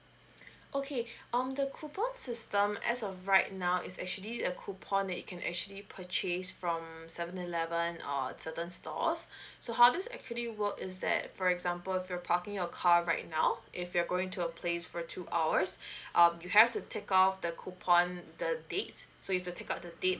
okay um the coupon system as of right now is actually a coupon it can actually purchase from seven eleven or certain stores so how this actually work is that for example if you are parking your car right now if you're going to a place for two hours um you have to tick off the coupon the dates so you tick out the date